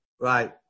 Right